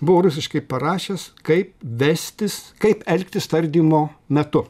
buvo rusiškai parašęs kaip vestis kaip elgtis tardymo metu